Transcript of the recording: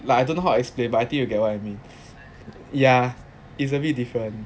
like I don't know how to explain but I think you get what I mean yeah it's a bit different